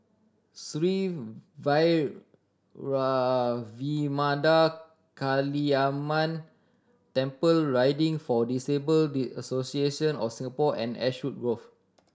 Sri Kaliamman Temple Riding for Disabled Association of Singapore and Ashwood Grove